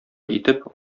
итеп